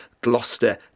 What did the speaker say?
Gloucester